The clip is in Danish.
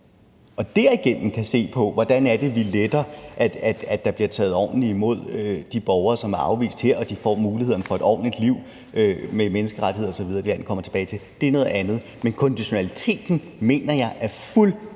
og derigennem kan se på, hvordan vi gør det lettere, at der kan blive taget ordentligt imod de borgere, som er afvist her, så de får muligheden for et ordentligt liv med menneskerettigheder osv. der, hvor de kommer tilbage til, er noget andet. Men konditionaliteten mener jeg er